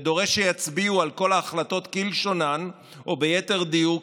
ודורש שיצביעו על כל ההחלטות כלשונן או ליתר דיוק,